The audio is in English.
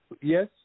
Yes